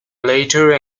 later